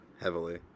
heavily